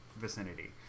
vicinity